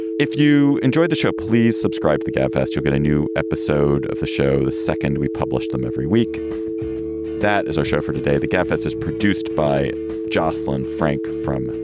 if you enjoyed the show, please subscribe the gabfests. you'll get a new episode of the show the second we published them every week that is our show for today. the gabfests is produced by jocelyn frank from